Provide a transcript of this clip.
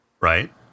Right